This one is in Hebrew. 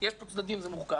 יש פה צדדים, זה מורכב.